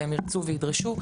והם ירצו וידרשו,